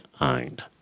owned